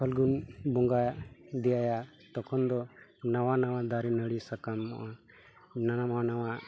ᱯᱷᱟᱹᱜᱩᱱ ᱵᱚᱸᱜᱟ ᱫᱮᱭᱟ ᱛᱚᱠᱷᱚᱱ ᱫᱚ ᱱᱟᱣᱟ ᱱᱟᱣᱟ ᱫᱟᱨᱮ ᱱᱟᱹᱲᱤ ᱥᱟᱠᱟᱢᱚᱜᱼᱟ ᱱᱟᱣᱟ ᱱᱟᱣᱟ